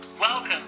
Welcome